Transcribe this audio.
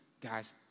guys